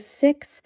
six